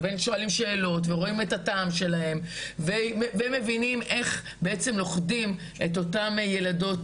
ושואלים שאלות ורואים את הטעם שלהם ומבינים איך לוכדים את אותן ילדות,